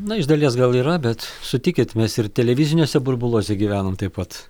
na iš dalies gal yra bet sutikit mes ir televiziniuose burbuluose gyvenam taip pat